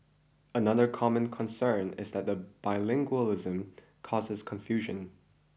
another common concern is that the bilingualism causes confusion